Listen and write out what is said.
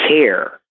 care